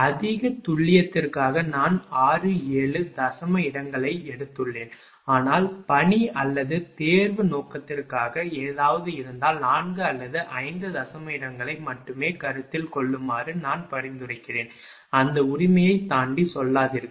அதிக துல்லியத்திற்காக நான் 6 7 தசம இடங்களை எடுத்துள்ளேன் ஆனால் பணி அல்லது தேர்வு நோக்கத்திற்காக ஏதாவது இருந்தால் 4 அல்லது 5 தசம இடங்களை மட்டுமே கருத்தில் கொள்ளுமாறு நான் பரிந்துரைக்கிறேன் அந்த உரிமையைத் தாண்டி செல்லாதீர்கள்